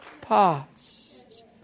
past